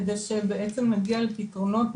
כדי שבעצם נגיע לפתרונות,